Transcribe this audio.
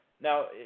Now